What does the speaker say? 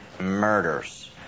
murders